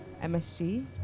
MSG